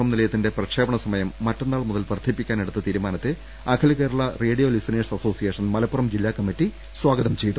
M നിലയത്തിന്റെ പ്രക്ഷേപണ സമയം മറ്റന്നാൾ മുതൽ വർദ്ധിപ്പിക്കാനെടുത്ത തീരുമാനത്തെ Akhila Kerala radio listeners association Malappuram ജില്ലാ കമ്മിറ്റി സ്വാഗതം ചെയ്തു